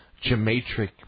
geometric